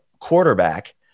quarterback